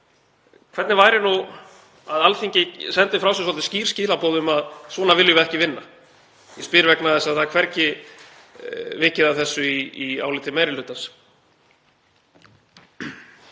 Hvernig væri nú að Alþingi sendi frá sér svolítið skýr skilaboð um að svona viljum við ekki vinna? Ég spyr vegna þess að það er hvergi vikið að þessu í áliti meiri hlutans.